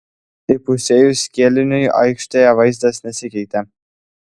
įpusėjus kėliniui aikštėje vaizdas nesikeitė